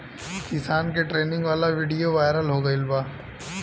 किसान के ट्रेनिंग वाला विडीओ वायरल हो गईल बा